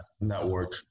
network